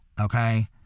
okay